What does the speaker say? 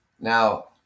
Now